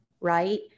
right